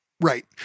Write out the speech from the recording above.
Right